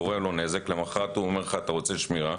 קורה לך נזק, למחרת הוא אומר לך: אתה רוצה שמירה?